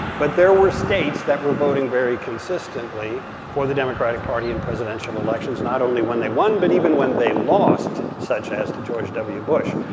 but there were states that were voting very consistently for the democratic party in presidential elections not only when they won but even when they lost, such as to george w. bush.